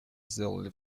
сделали